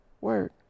word